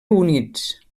units